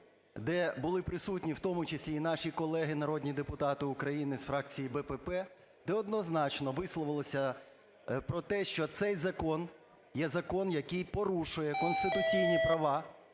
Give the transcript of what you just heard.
де були присутні в тому числі і наші колеги народні депутати України з фракції БПП, де однозначно висловилися про те, що цей закон є закон, який порушує конституційні права